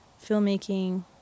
Filmmaking